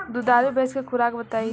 दुधारू भैंस के खुराक बताई?